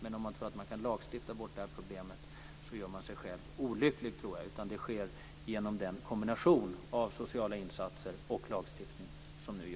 Men om man tror att man kan lagstifta bort problemet gör man sig själv olycklig, utan det måste till en kombination av sociala insatser och lagstiftning.